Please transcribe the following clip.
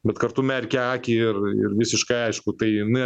bet kartu merkia akį ir ir visiškai aišku tai jinai